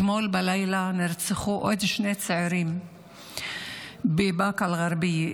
אתמול בלילה נרצחו עוד שני צעירים בבאקה אל-גרבייה,